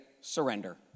surrender